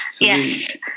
Yes